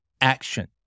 action